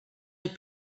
est